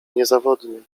niezawodnie